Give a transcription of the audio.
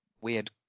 weird